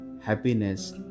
happiness